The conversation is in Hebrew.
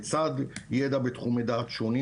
לצד ידע בתחומי דעת שונים,